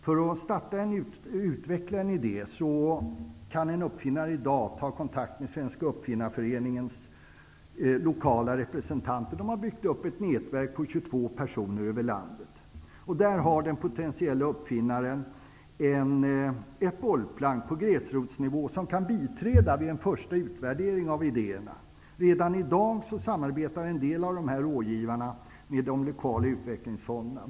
För att starta och utveckla en idé kan en uppfinnare i dag ta kontakt med Svenska uppfinnarföreningens lokala representant -- man har byggt upp ett nätverk på 22 personer över landet. Där har den potentiella uppfinnaren ett bollplank på gräsrotsnivå som kan biträda vid en första utvärdering av idéerna. Redan i dag samarbetar en del av dessa rådgivare med de lokala utvecklingsfonderna.